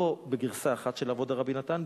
לא בגרסה אחת של אבות דרבי נתן,